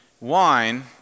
wine